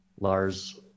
Lars